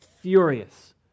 furious